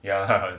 ya